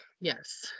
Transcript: Yes